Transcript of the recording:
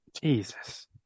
Jesus